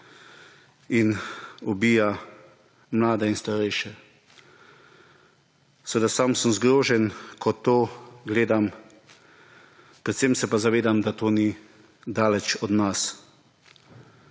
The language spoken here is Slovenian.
in ubija mlade in starejše. Seveda sam sem zgrožen, ko to gledam, predvsem se pa zavedam, da to ni daleč od nas.